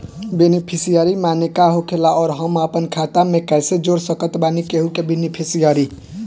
Beneficiary माने का होखेला और हम आपन खाता मे कैसे जोड़ सकत बानी केहु के बेनीफिसियरी?